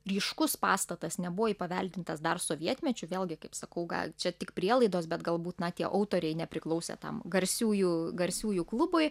ryškus pastatas nebuvo įpaveldintas dar sovietmečiu vėlgi kaip sakau gal čia tik prielaidos bet galbūt na tie autoriai nepriklausė tam garsiųjų garsiųjų klubui